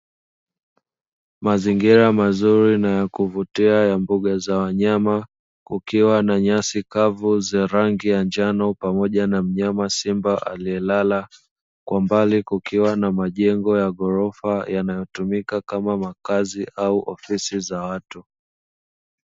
Mazingira mazuri na ya kuvutia ya mbuga za wanyama kukiwa na nyasi kavu za rangi ya njano, pamoja na mnyama Simba aliyelala kwa mbali kukiwa na majengo ya ghorofa yanayotumika kama makazi au ofisi za watu.